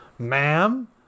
ma'am